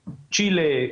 לצ'ילה.